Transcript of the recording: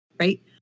Right